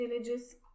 Villages